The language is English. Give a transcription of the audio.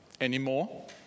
anymore